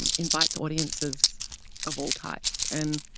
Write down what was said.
and invites audiences of all types. and,